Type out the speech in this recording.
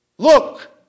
Look